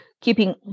keeping